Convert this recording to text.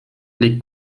les